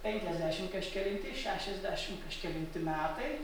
penkiasdešim kažkelinti šešiasdešim kažkelinti metai